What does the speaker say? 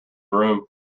room